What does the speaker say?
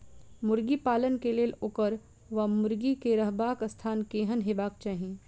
मुर्गी पालन केँ लेल ओकर वा मुर्गी केँ रहबाक स्थान केहन हेबाक चाहि?